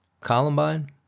Columbine